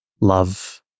love